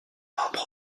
membre